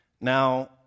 Now